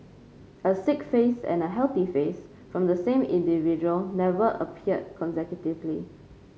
a sick face and healthy face from the same individual never appeared consecutively